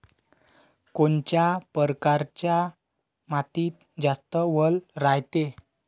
कोनच्या परकारच्या मातीत जास्त वल रायते?